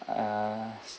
ah